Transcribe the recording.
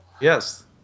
Yes